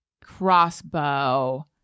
crossbow